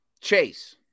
Chase